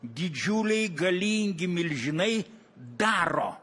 didžiuliai galingi milžinai daro